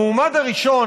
המועמד הראשון,